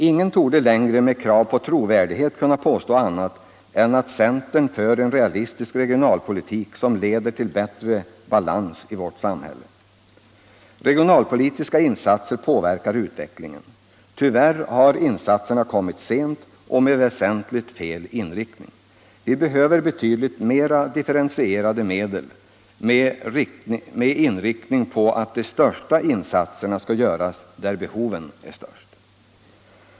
Ingen torde längre med krav på trovärdighet kunna påstå annat än att centern för en realistisk regionalpolitik som leder till bättre balans i vårt samhälle. Regionalpolitiska insatser påverkar utvecklingen. Tyvärr har insatserna kommit sent och med väsentligt fel inriktning. Vi behöver betydligt mer differentierade medel med inriktning på att de största insatserna skall göras där behoven är störst.